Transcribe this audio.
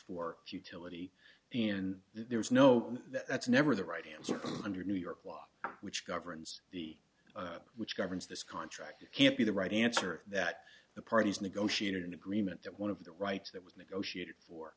for futility and there was no that's never the right answer but under new york law which governs the which governs this contract can't be the right answer that the parties negotiated an agreement that one of the rights that was negotiated for